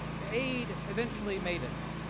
the aide eventually made it there.